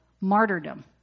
martyrdom